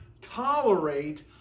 tolerate